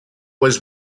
was